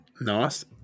Nice